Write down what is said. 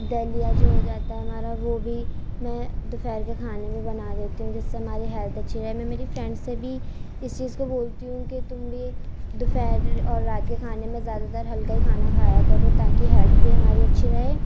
دلیا جو ہو جاتا ہے ہمارا وہ بھی میں دوپہر کے کھانے میں بنا دیتی ہوں جس سے ہماری ہیلتھ اچھی رہے میں میری فرینڈس سے بھی اس چیز کو بولتی ہوں کہ تم بھی دوپہر اور رات کے کھانے میں زیادہ تر ہلکا ہی کھانا کھایا کرو تا کہ ہیلتھ بھی ہماری اچھی رہے